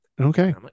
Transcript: Okay